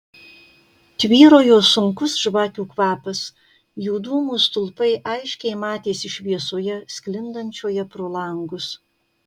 tvyrojo sunkus žvakių kvapas jų dūmų stulpai aiškiai matėsi šviesoje sklindančioje pro langus